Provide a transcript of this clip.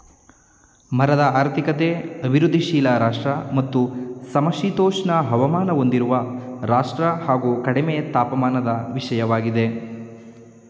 ಮರದ ಆರ್ಥಿಕತೆ ಅಭಿವೃದ್ಧಿಶೀಲ ರಾಷ್ಟ್ರ ಮತ್ತು ಸಮಶೀತೋಷ್ಣ ಹವಾಮಾನ ಹೊಂದಿರುವ ರಾಷ್ಟ್ರ ಹಾಗು ಕಡಿಮೆ ತಾಪಮಾನದ ವಿಷಯವಾಗಿದೆ